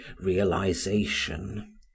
realization